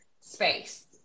space